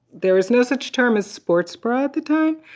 there was no such term as sports bra at the time.